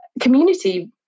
community